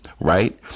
right